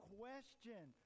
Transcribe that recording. question